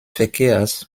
verkehrs